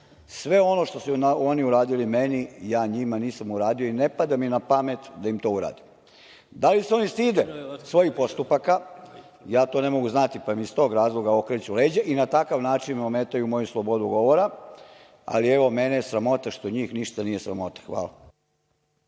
sve ono što su oni uradili meni, ja njima nisam uradio i ne pada mi na pamet da im to uradim. Da li se oni stide svojih postupaka? Ja, to ne mogu znati, pa mi iz tog razloga okreću leđa i na takav način ometaju moju slobodu govora, ali, evo, mene je sramota što njih ništa nije sramota. Hvala.